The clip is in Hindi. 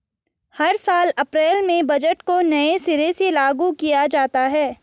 हर साल अप्रैल में बजट को नये सिरे से लागू किया जाता है